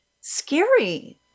scary